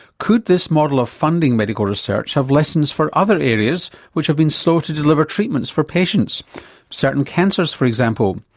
could this model of funding medical research have lessons for other areas which have been slow to deliver treatments for patients? in certain cancers for example.